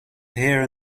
here